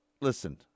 Listen